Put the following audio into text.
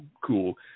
cool